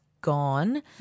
gone